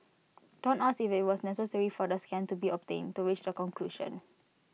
don't ask if IT was necessary for the scan to be obtained to reach the conclusion